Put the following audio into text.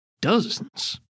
Dozens